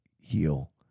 heal